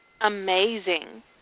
amazing